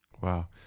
wow